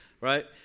right